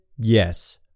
Yes